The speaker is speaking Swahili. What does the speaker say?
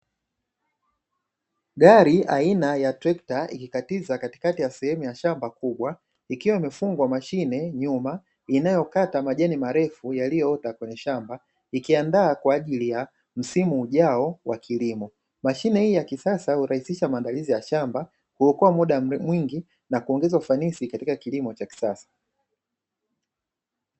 Gari aina ya trekta ikikatiza katikati ya sehemu ya shamba kubwa ikiwa imefungwa mashine, nyuma inayokata majani marefu yaliyoota kwenye shamba ikiandaa kwaajili ya msimu ujao wa kilimo, mashine hii ya kisasa urahisisha maandalizi ya shamba uokoa muda mwingi na uongeza ufanisi katika kilimo cha kisasa.